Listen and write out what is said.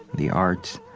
the arts,